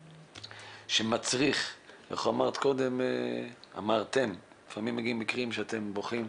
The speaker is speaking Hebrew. את אמרת שלפעמים מגיעים מקרים שאתן בוכות